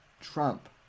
Trump